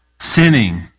sinning